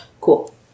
Cool